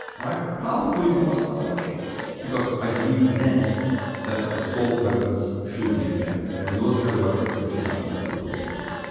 and i probably lost that election because i believed then that assault weapons should be banned. they're military weapons. they should not be in civilian hands.